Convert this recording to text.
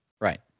Right